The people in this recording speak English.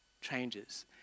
changes